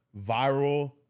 viral